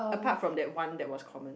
apart from that one that was common